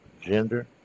gender